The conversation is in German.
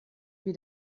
wie